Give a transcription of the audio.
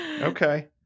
Okay